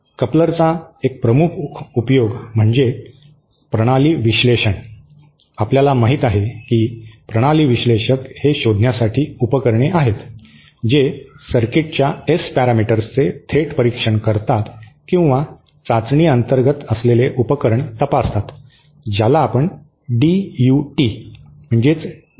कपलरचा एक प्रमुख उपयोग म्हणजे प्रणाली विश्लेषण आपल्याला माहित आहे की प्रणाली विश्लेषक हे शोधण्यासाठी उपकरणे आहेत जे सर्किटच्या एस पॅरामीटर्सचे थेट परीक्षण करतात किंवा चाचणी अंतर्गत असलेले उपकरण तपासतात ज्याला आपण डीयूटी असे म्हणतो